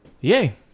Yay